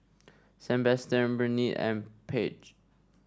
Sebastian Burnett and Paige